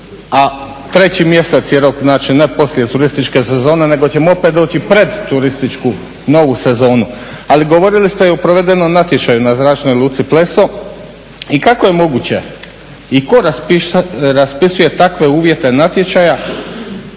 a 3. mjesec je rok, znači ne poslije turističke sezone nego ćemo opet doći pred turističku novu sezonu. Ali govorili ste i o provedenom natječaju na Zračnoj luci Pleso i kako je moguće i tko raspisuje takve uvjete natječaja